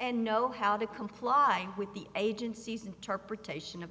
and know how to comply with the agency's interpretation of the